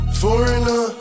foreigner